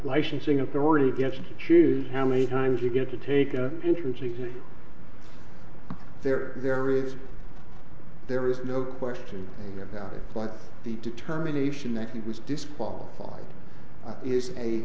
licensing authority gets to choose how many times you get to take a entrance exam there there is there is no question like the determination that he was disqualified is a